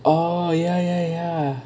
oh ya ya ya